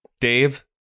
Dave